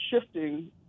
shifting